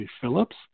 Phillips